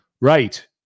right